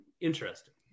interesting